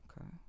okay